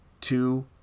Two